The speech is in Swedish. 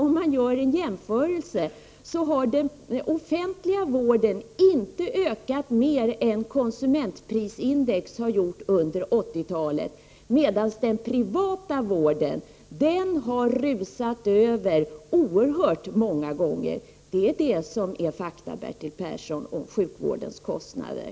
Om man gör en jämförelse, så finner man att kostnaderna för den offentliga vården inte har ökat mer än konsumentprisindex gjort under 1980-talet. Kostnaderna för den privata vården däremot har rusat i höjden. Det är fakta, Bertil Persson, om sjukvårdens kostnader.